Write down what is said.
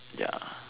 ya